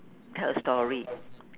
tell a story